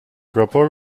rapor